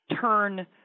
turn